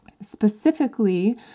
specifically